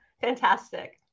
Fantastic